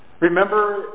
Remember